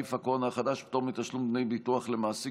נגיף הקורונה החדש) (פטור מתשלום דמי ביטוח למעסיק